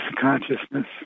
consciousness